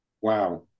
Wow